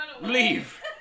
leave